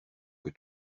que